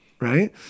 right